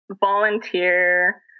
volunteer